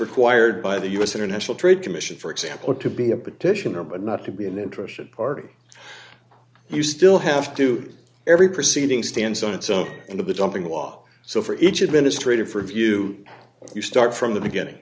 required by the u s international trade commission for example to be a petitioner but not to be an interested party you still have to every proceeding stands on its own and of the dumping law so for each administrative review you start from the beginning